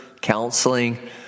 counseling